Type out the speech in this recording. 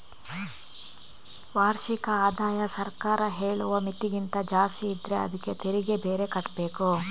ವಾರ್ಷಿಕ ಆದಾಯ ಸರ್ಕಾರ ಹೇಳುವ ಮಿತಿಗಿಂತ ಜಾಸ್ತಿ ಇದ್ರೆ ಅದ್ಕೆ ತೆರಿಗೆ ಬೇರೆ ಕಟ್ಬೇಕು